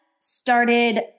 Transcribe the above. started